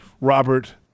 Robert